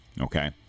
okay